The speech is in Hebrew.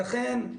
אכן,